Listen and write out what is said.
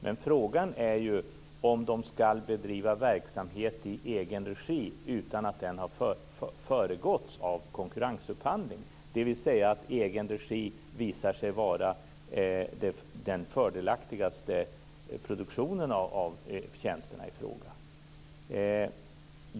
Men frågan är ju om de skall bedriva verksamhet i egen regi utan att den har föregåtts av konkurrensupphandling, dvs. att egen regi visar sig vara den fördelaktigaste produktionen av tjänsterna i fråga.